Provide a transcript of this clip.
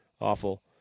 awful